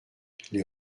les